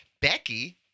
Becky